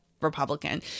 Republican